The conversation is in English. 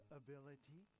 ability